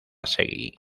seguí